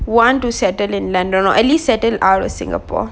want to settle in london or at least settle out of singapore